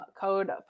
Code